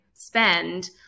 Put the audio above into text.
spend